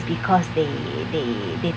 because they they they